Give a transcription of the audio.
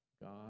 god